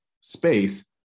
space